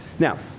now,